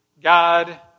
God